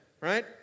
right